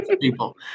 people